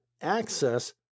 access